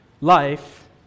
life